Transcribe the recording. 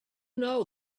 know